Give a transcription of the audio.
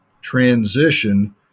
transition